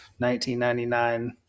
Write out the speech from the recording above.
1999